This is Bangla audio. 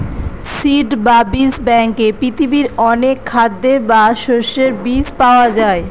সিড বা বীজ ব্যাঙ্কে পৃথিবীর অনেক খাদ্যের বা শস্যের বীজ পাওয়া যায়